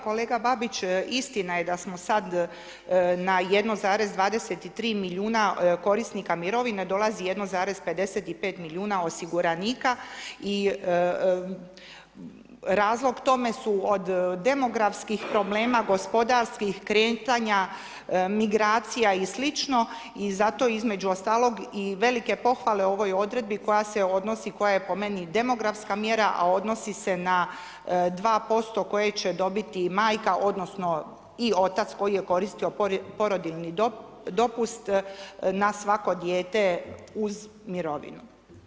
Kolega Babić, istina je da smo sad na 1,23 milijuna korisnika mirovina dolazi 1,55 milijuna osiguranika i razlog tome su od demografskih problema, gospodarskih kretanja, migracija i sl., i zato između ostalog i velike pohvale ovoj odredbi koja se odnosi, koja je po meni demografska mjera a odnosi se na 2% koje će dobiti majka odnosno i otac koji je koristio porodiljni dopust na svako dijete uz mirovinu.